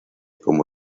como